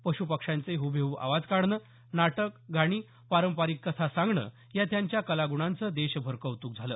पश् पक्षांचे हुबेहब आवाज काढणं नाटक गाणी पारंपारिक कथा सांगणं या त्यांच्या कलाग्णांचं देशभर कौतुक झालं